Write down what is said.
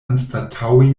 anstataŭi